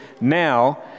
now